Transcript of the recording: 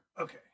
Okay